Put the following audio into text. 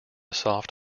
soft